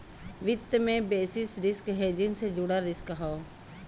वित्त में basis risk hedging से जुड़ल रिस्क हौ